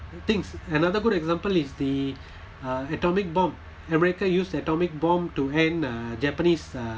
thinks another good example is the uh atomic bomb america used atomic bomb to end uh japanese uh